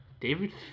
David